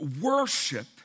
Worship